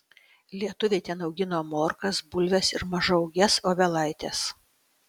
lietuviai ten augino morkas bulves ir mažaūges obelaites